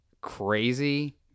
crazy